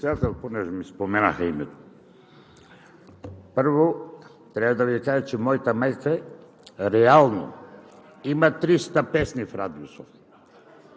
Първо, трябва да Ви кажа, че моята майка реално има 300 песни в радиото